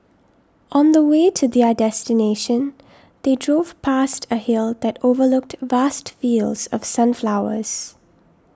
on the way to their destination they drove past a hill that overlooked vast fields of sunflowers